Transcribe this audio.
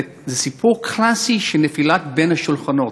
זה סיפור קלאסי של נפילה בין הכיסאות.